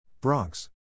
Bronx